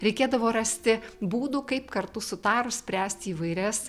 reikėdavo rasti būdų kaip kartu sutarus spręsti įvairias